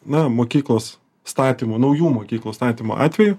na mokyklos statymų naujų mokyklų statymo atveju